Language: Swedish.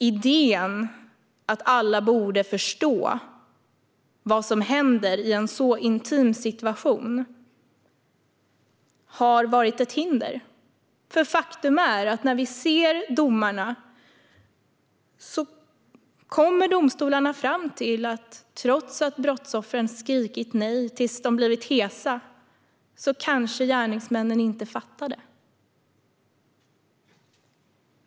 Idén att alla borde förstå vad som händer i en så intim situation har varit ett hinder. För faktum är att i domarna kommer domstolarna fram till att trots att brottsoffren har skrikit nej tills de blivit hesa kanske gärningsmännen inte fattade.